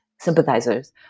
sympathizers